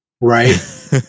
right